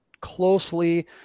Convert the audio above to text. closely